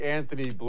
Anthony